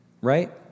right